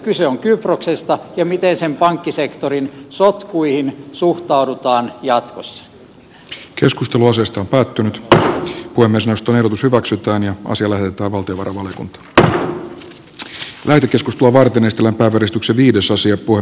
kyse on kyproksesta ja siitä miten sen pankkisektorin sotkuihin suhtaudutaan jatkossa keskusteluosasto päättynyt kuin myös nostoehdotus hyväksytään ja naiselle että valtio varmaan tämän väitekeskuspova eteni stella tarkastuksen liitosasia kuin